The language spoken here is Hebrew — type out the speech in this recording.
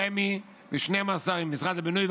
חתמו על ההסכמים עם רמ"י ו-12 עם משרד הבינוי,